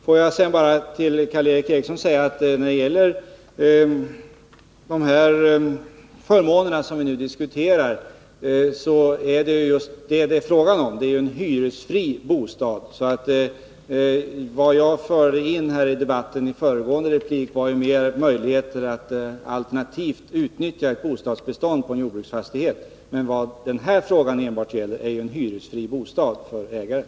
Får jag sedan till Karl Erik Eriksson säga att när det gäller de förmåner som vi nu diskuterar, så är det ju fråga om en hyresfri bostad. Vad jag förde in i debatten i min föregående replik var möjligheten att alternativt utnyttja ett bostadsbestånd på en jordbruksfastighet. Men vad den här frågan enbart gäller är ju en hyresfri bostad för ägaren.